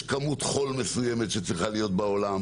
יש כמות חול מסוימת שצריכה להיות בעולם,